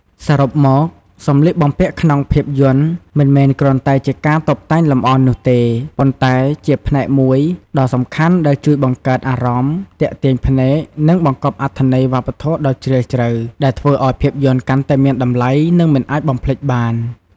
សរុបមក សម្លៀកបំពាក់ក្នុងភាពយន្តមិនមែនគ្រាន់តែជាការតុបតែងលម្អនោះទេ ប៉ុន្តែជាផ្នែកមួយដ៏សំខាន់ដែលជួយបង្កើតអារម្មណ៍ ទាក់ទាញភ្នែក និងបង្កប់អត្ថន័យវប្បធម៌ដ៏ជ្រាលជ្រៅ ដែលធ្វើឱ្យភាពយន្តកាន់តែមានតម្លៃ និងមិនអាចបំភ្លេចបាន ។